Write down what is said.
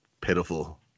pitiful